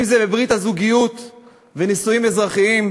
אם זה ברית הזוגיות ונישואים אזרחיים,